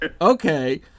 okay